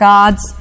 God's